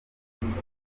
yasavye